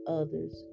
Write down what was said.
others